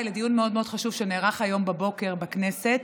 לדיון מאוד מאוד חשוב שנערך היום בבוקר בכנסת